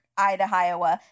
Idaho